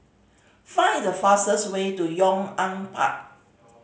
find the fastest way to Yong An Park